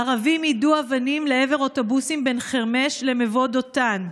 ערבים יידו אבנים לעבר אוטובוסים בין חרמש למבוא דותן,